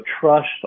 trust